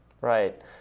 Right